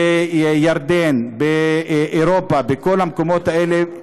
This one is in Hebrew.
בירדן, באירופה, בכל המקומות האלה,